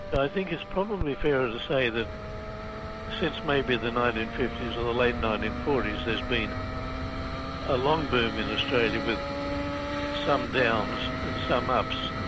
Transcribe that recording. i think it's probably fairer to say that since maybe the nineteen fifty s or the late nineteen forty s, there's been a long boom in australia with some downs and some ups.